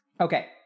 Okay